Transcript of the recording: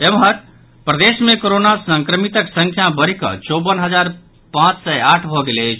एम्हर प्रदेश मे कोरोना संक्रमितक संख्या बढ़िकऽ चौवन हजार पांच सय आठ भऽ गेल अछि